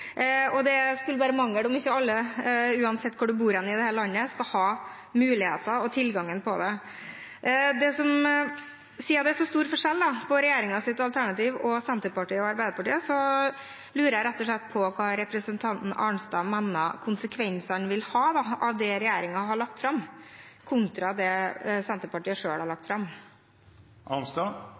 og det skulle bare mangle om ikke alle, uansett hvor man bor i dette landet, skulle ha muligheten og tilgangen til det. Siden det er så stor forskjell mellom regjeringens forslag og Senterpartiets og Arbeiderpartiets alternativ, lurer jeg rett og slett på hva representanten Arnstad mener konsekvensene vil være av det regjeringen har lagt fram, kontra det Senterpartiet selv har lagt fram.